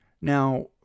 Now